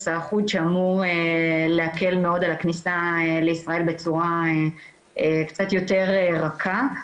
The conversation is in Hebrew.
האחוד שאמור להקל מאוד על הכניסה לישראל בצורה קצת יותר רכה.